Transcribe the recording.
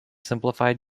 simplified